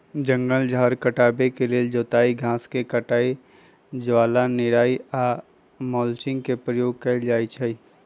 जङगल झार हटाबे के लेल जोताई, घास के कटाई, ज्वाला निराई आऽ मल्चिंग के प्रयोग कएल जाइ छइ